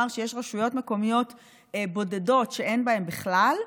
שיש רשויות מקומיות בודדות שאין בהן בכלל,